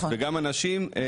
וגם אנשים,